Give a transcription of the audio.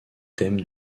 thèmes